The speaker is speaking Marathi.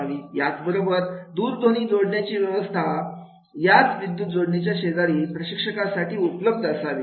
याच बरोबर दूरध्वनी जोडण्याची व्यवस्था याच विद्युत जोडणीच्या शेजारी प्रशिक्षकांसाठी उपलब्ध असावी